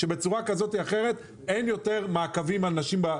היא שאין יותר מעקבים על נשים.